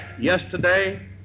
yesterday